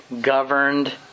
governed